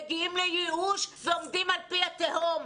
מגיעים לייאוש ועומדים על פי התהום.